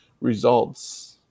results